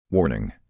Warning